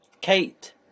Kate